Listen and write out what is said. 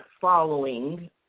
following